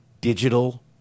digital